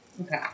okay